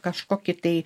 kažkokį tai